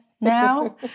now